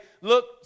look